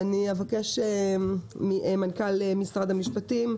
ואני אבקש ממנכ"ל משרד המשפטים,